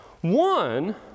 One